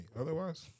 Otherwise